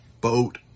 boat